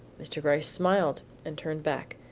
mr. gryce smiled, and turning back,